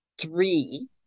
three